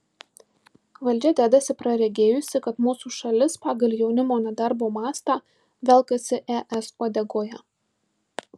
valdžia dedasi praregėjusi kad mūsų šalis pagal jaunimo nedarbo mastą velkasi es uodegoje